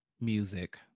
music